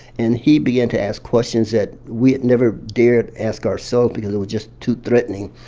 and he began to ask questions that we had never dared ask ourselves because it was just too threatening.